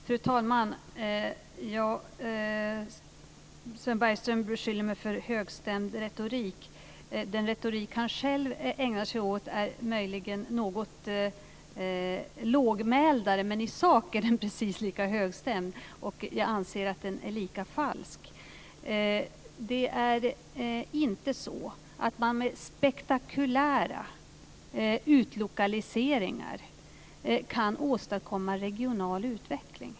Fru talman! Sven Bergström beskyller mig för högstämd retorik. Den retorik han själv ägnar sig åt är möjligen något lågmäldare, men i sak är den precis lika högstämd. Jag anser att den är lika falsk. Det är inte så att man med spektakulära utlokaliseringar kan åstadkomma regional utveckling.